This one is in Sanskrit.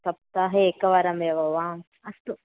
सप्ताहे एकवारम् एव वा अस्तु